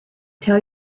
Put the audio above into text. tell